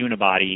unibody